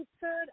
third